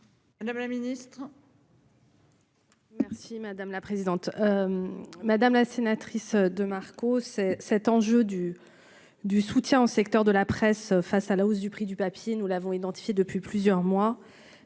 madame la Ministre. Merci madame la présidente, madame la sénatrice demain. Cause c'est cet enjeu du du soutien au secteur de la presse face à la hausse du prix du papier, nous l'avons identifié depuis plusieurs mois,